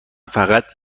فقط